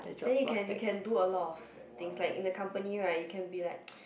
then you can you can do a lot of things like in a company right you can be like